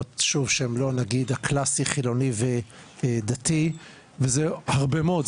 שהן לא הקלאסיות כמו חילוני ודתי וזה הרבה מאוד,